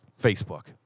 Facebook